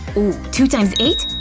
ooh, two times eight?